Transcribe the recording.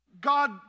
God